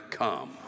come